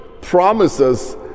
promises